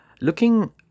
looking